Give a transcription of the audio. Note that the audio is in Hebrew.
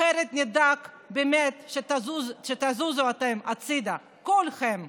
אחרת נדאג באמת שתזוזו אתם הצידה, כולכם.